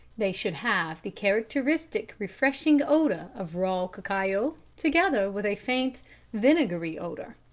they should have the characteristic refreshing odour of raw cacao, together with a faint vinegary odour.